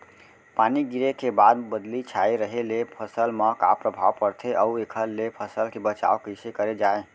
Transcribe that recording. पानी गिरे के बाद बदली छाये रहे ले फसल मा का प्रभाव पड़थे अऊ एखर ले फसल के बचाव कइसे करे जाये?